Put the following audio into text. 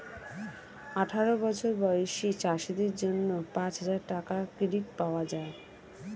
আঠারো বছর বয়সী চাষীদের জন্য পাঁচহাজার টাকার ক্রেডিট পাওয়া যায়